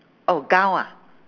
oh gown ah